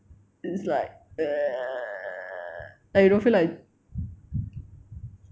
it's like like you don't feel like